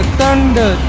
thunder